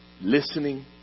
listening